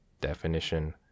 definition